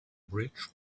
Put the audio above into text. bridge